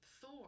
Thor